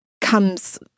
comes